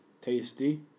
tasty